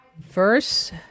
verse